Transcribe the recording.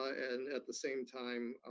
and at the same time